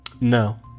No